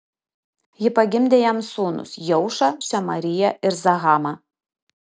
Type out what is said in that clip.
ji pagimdė jam sūnus jeušą šemariją ir zahamą